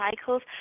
cycles